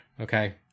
Okay